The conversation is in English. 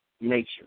nature